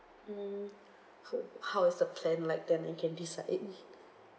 um h~ how is the plan like then I can decide it